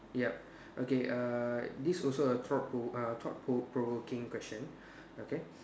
yup okay uh this also a thought pro~ uh thought pro~ provoking question okay